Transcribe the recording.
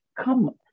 come